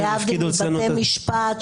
להבדיל מבתי המשפט,